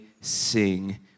sing